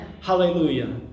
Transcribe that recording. Hallelujah